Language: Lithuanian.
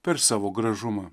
per savo gražumą